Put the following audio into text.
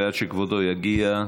ועד שכבודו יגיע,